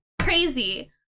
crazy